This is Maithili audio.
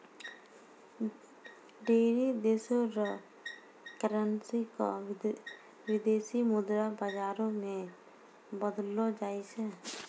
ढेरी देशो र करेन्सी क विदेशी मुद्रा बाजारो मे बदललो जाय छै